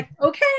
okay